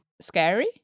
scary